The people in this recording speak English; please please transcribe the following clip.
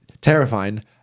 Terrifying